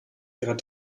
ihrer